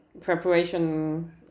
preparation